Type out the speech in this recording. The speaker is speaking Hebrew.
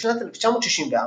בשנת 1964,